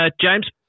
James